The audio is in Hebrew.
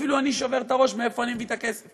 אפילו אני שובר את הראש מאיפה אני מביא את הכסף.